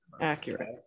Accurate